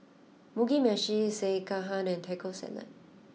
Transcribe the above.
Mugi Meshi Sekihan and Taco Salad